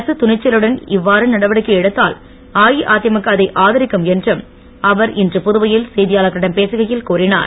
அரசு துணிச்சலுடன் இவ்வாறு நடவடிக்கை எடுத்தால் அஇஅதிமுக அதை ஆதரிக்கும் என்று அவர் இன்று புதுவையில் செய்தியாளர்களிடம் பேசுகையில் கூறிஞர்